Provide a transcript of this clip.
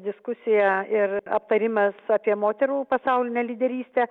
diskusija ir aptarimas apie moterų pasaulinę lyderystę